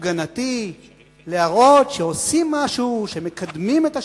הפגנתי להראות שעושים משהו, שמקדמים את השלום?